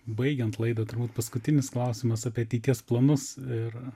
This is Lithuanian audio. baigiant laidą turbūt paskutinis klausimas apie ateities planus ir